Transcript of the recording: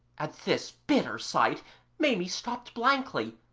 at this bitter sight maimie stopped blankly,